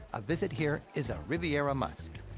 a visit here is a riviera must.